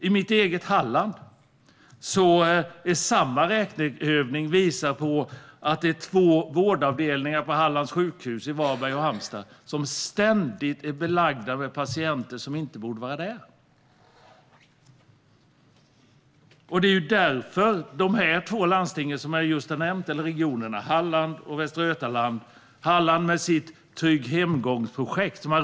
I mitt hemlän Halland visar samma räkneövning att det är två vårdavdelningar på sjukhusen i Varberg och Halmstad som ständigt har inlagda patienter som inte borde vara där. Det är därför som regionerna Halland och Västra Götaland under många år har bedrivit ett Trygg hemgång-projekt.